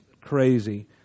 crazy